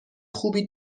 خوبی